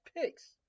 picks